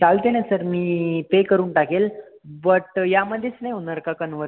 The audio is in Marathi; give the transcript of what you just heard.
चालते ना सर मी पे करून टाकेल बट यामध्येच नाही होणार का कन्व्हर्ट